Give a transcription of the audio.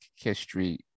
history